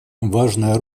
важная